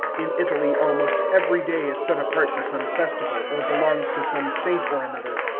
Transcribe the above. in italy almost every day is set apart for some festival, or belongs to some saint or another,